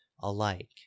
alike